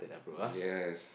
yes